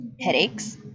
Headaches